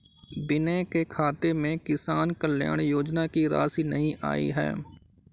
विनय के खाते में किसान कल्याण योजना की राशि नहीं आई है